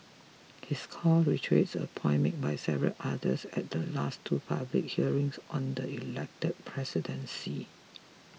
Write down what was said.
his call reiterates a point made by several others at the last two public hearings on the elected presidency